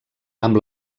amb